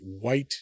White